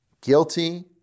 guilty